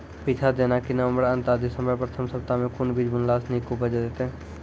पीछात जेनाकि नवम्बर अंत आ दिसम्बर प्रथम सप्ताह मे कून बीज बुनलास नीक उपज हेते?